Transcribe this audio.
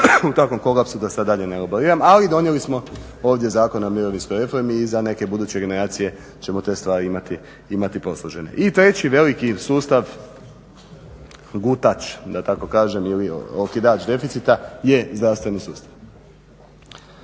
u takvom kolapsu da sad dalje ne elaboriram. Ali donijeli smo ovdje Zakon o mirovinskoj reformi i za neke buduće generacije ćemo te stvari imati posložene. I treći veliki sustav gutač da tako kažem ili okidač deficita je zdravstveni sustav.